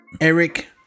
Eric